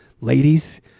Ladies